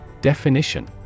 Definition